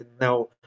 Now